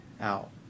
out